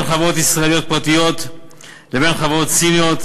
חברות ישראליות פרטיות לבין חברות סיניות,